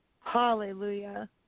Hallelujah